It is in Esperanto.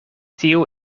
tiu